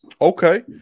Okay